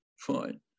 Fine